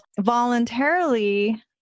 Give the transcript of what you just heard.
voluntarily